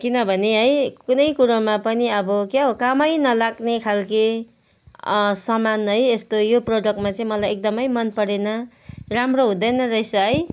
किनभने है कुनै कुरोमा पनि अब क्या हो कामै नलाग्ने खालको सामान है यस्तो यो प्रोडक्टमा चाहिँ मलाई एकदमै मन परेन राम्रो हुँदैन रहेछ है